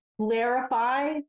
clarify